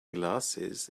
glasses